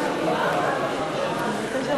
ההסתייגות של קבוצת סיעת העבודה לסעיף 23,